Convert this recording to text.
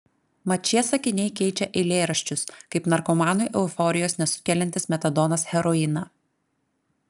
mat šie sakiniai keičia eilėraščius kaip narkomanui euforijos nesukeliantis metadonas heroiną